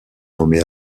nommés